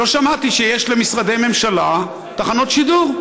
לא שמעתי שיש למשרדי ממשלה תחנות שידור.